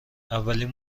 اولین